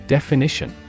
Definition